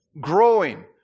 Growing